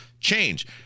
change